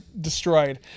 destroyed